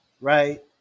right